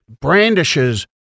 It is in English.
brandishes